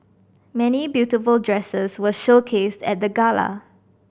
many beautiful dresses were showcased at the gala